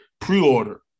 pre-order